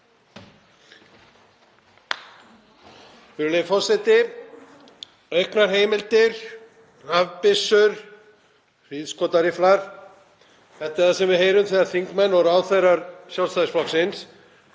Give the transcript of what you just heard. Virðulegur forseti. Auknar heimildir, rafbyssur, hríðskotarifflar. Þetta er það sem við heyrum þegar þingmenn og ráðherrar Sjálfstæðisflokksins